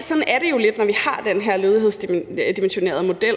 Sådan er det jo lidt, når vi har den her ledighedsdimensionerede model.